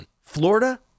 Florida